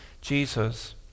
Jesus